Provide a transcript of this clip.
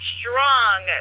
strong